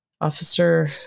Officer